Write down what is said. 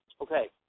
Okay